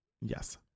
yes